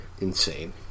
insane